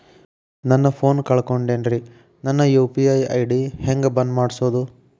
ನನ್ನ ಫೋನ್ ಕಳಕೊಂಡೆನ್ರೇ ನನ್ ಯು.ಪಿ.ಐ ಐ.ಡಿ ಹೆಂಗ್ ಬಂದ್ ಮಾಡ್ಸೋದು?